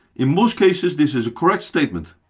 in most cases this is a correct statement.